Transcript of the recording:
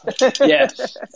Yes